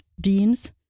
deans